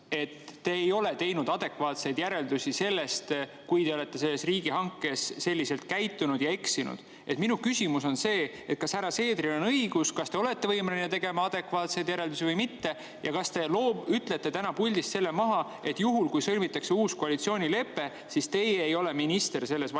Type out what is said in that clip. et te ei ole teinud adekvaatseid järeldusi sellest, kuidas te olete selles riigihankes käitunud ja eksinud. Minu küsimus on see: kas härra Seederil on õigus? Kas te olete võimeline tegema adekvaatseid järeldusi või mitte? Ja kas te ütlete täna puldist selle maha, et juhul kui sõlmitakse uus koalitsioonilepe, siis teie ei ole minister selles valitsuses?